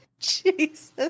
jesus